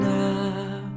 now